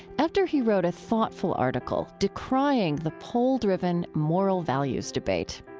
after he wrote a thoughtful article decrying the poll-driven moral values debate.